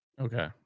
Okay